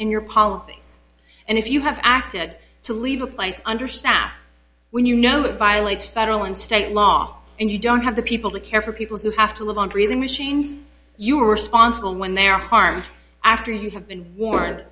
in your policy and if you have acted to leave a place understaffed when you know that violates federal and state law and you don't have the people to care for people who have to live on breathing machines you response when they are harmed after you have been war